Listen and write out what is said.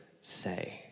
say